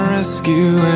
rescue